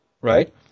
right